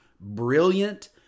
brilliant